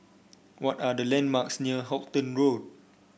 what are the landmarks near Halton Road